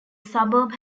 suburb